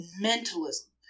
mentalism